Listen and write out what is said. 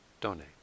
donate